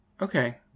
Okay